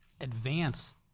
advance